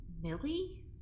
Millie